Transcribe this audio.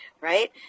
right